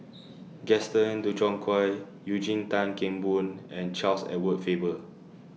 Gaston end Dutronquoy Eugene Tan Kheng Boon and Charles Edward Faber